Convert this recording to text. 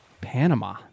Panama